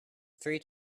three